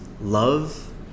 love